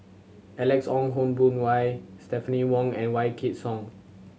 Alex Ong Boon Hau Stephanie Wong and Wykidd Song